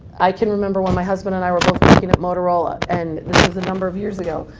i can remember when my husband and i were both working at motorola, and this was a number of years ago.